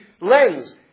lens